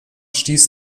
stieß